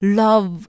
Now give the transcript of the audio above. love